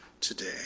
today